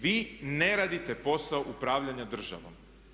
Vi ne raditi posao upravljanja državom.